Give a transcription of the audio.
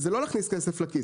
וזה לא להכניס כסף לכיס.